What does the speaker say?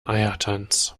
eiertanz